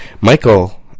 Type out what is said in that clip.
Michael